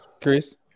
Chris